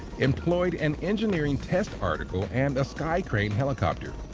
employed an engineering test article and a sky crane helicopter.